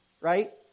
right